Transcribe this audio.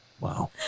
Wow